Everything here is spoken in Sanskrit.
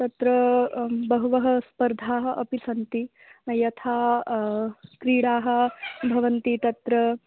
तत्र बहवः स्पर्धाः अपि सन्ति यथा क्रीडाः भवन्ति तत्र